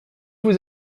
vous